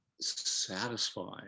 satisfying